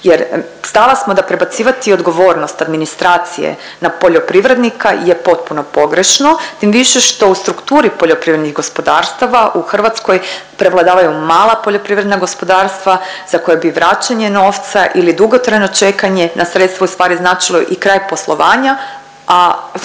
jer stava smo da prebacivati odgovornost administracije na poljoprivrednika je potpuno pogrešno, tim više što u strukturi poljoprivrednih gospodarstava u Hrvatskoj prevladavaju mala poljoprivredna gospodarstva za koje bi vraćanje novca ili dugotrajno čekanje na sredstva ustvari značilo i kraj poslovanja, a to